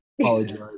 apologize